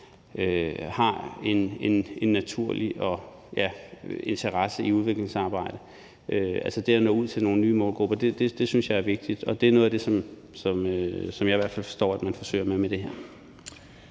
har en naturlig interesse i udviklingssamarbejde, synes jeg er vigtigt, og det er noget af det, som jeg i hvert fald forstår man forsøger med det her.